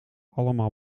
allemaal